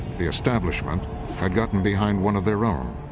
the establishment had gotten behind one of their own,